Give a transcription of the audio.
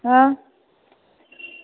आं